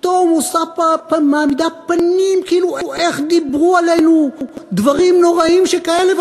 פתאום מעמידה פנים כאילו: איך דיברו עלינו דברים נוראים שכאלה?